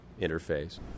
interface